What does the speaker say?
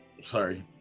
Sorry